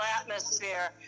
atmosphere